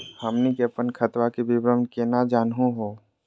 हमनी के अपन खतवा के विवरण केना जानहु हो?